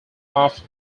often